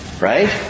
Right